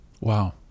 Wow